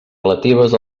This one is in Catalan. relatives